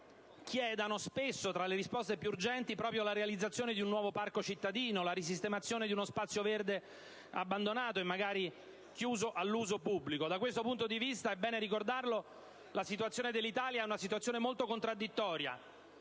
chiedano spesso, tra le risposte più urgenti, proprio la realizzazione di un nuovo parco cittadino, la risistemazione di uno spazio verde abbandonato e magari chiuso all'uso pubblico. Da questo punto di vista, la situazione dell'Italia è molto contraddittoria: